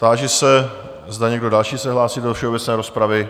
Táži se, zda někdo další se hlásí do všeobecné rozpravy?